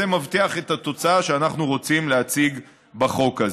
זה מבטיח את התוצאה שאנחנו רוצים להציג בחוק הזה.